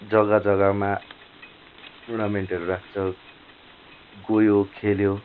जग्गा जग्गामा टुर्नामेन्टहरू राख्छ गयो खेल्यो